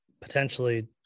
potentially